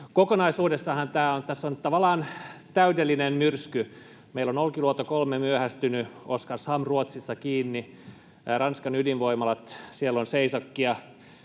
Kokonaisuudessahan tässä on tavallaan täydellinen myrsky. Meillä on Olkiluoto 3 myöhästynyt, Oskarshamn Ruotsissa kiinni, Ranskan ydinvoimaloissa on seisokkia.